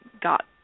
got